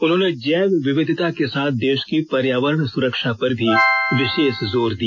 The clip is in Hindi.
उन्होंने जैव विविधता के साथ देष की पर्यावरण सुरक्षा पर भी विषेष जोर दिया